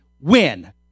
win